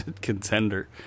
contender